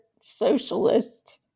socialist